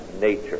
nature